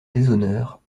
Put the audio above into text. déshonneur